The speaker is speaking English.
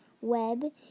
web